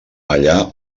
allà